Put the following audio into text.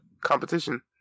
competition